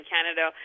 Canada